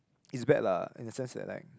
it's bad lah in the sense that like